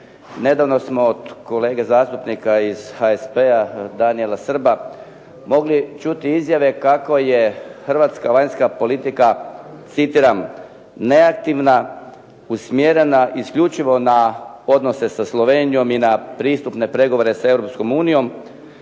nedavno smo od kolege zastupnika iz HSP-a Daniela Srba mogli čuti izjave kako je hrvatska vanjska politika citiram "neaktivna, usmjerena isključivo na odnose sa Slovenijom i na pristupne pregovore sa